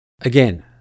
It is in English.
Again